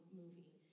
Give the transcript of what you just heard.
movie